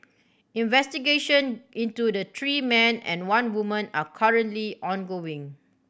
investigation into the three men and one woman are currently ongoing